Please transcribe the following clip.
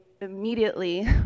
immediately